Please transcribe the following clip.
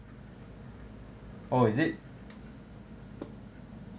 oh is it